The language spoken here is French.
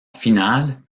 finale